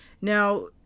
Now